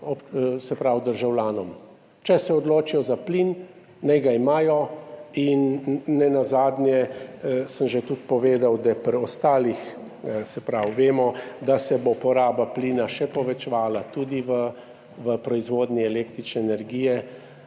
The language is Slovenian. samim državljanom. Če se odločijo za plin, naj ga imajo. In nenazadnje sem že tudi povedal, da pri ostalih vemo, da se bo poraba plina še povečevala, tudi v proizvodnji električne energije,